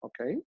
okay